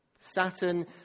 Saturn